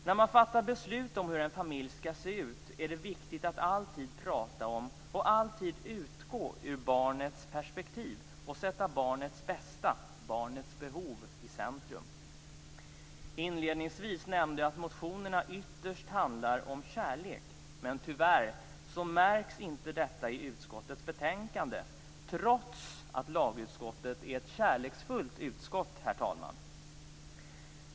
När man fattar beslut om hur en familj skall se ut är det viktigt att alltid tala om och alltid utgå från barnets perspektiv och sätta barnets bästa, barnets behov, i centrum. Inledningsvis nämnde jag att motionerna ytterst handlar om kärlek. Men tyvärr märks inte detta i utskottets betänkande, trots att lagutskottet är ett kärleksfullt utskott, herr talman.